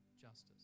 justice